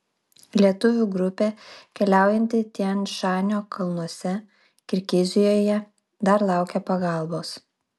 lietuvių grupė keliaujanti tian šanio kalnuose kirgizijoje dar laukia pagalbos